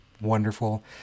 wonderful